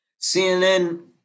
CNN